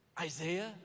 Isaiah